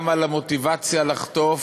גם על המוטיבציה לחטוף,